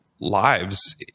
lives